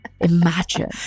imagine